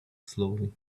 slowly